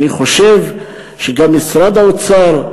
אני חושב שגם משרד האוצר,